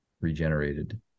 regenerated